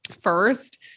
first